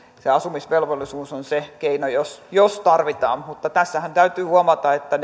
se asumisvelvollisuus on se keino jos jos tarvitaan mutta tässähän täytyy huomata että